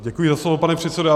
Děkuji za slovo, pane předsedo.